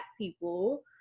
people